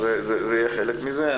כן, זה יהיה חלק מזה.